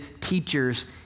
teachers